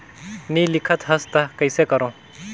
नी लिखत हस ता कइसे करू?